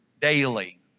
daily